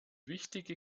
wichtige